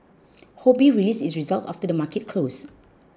Ho Bee released its results after the market closed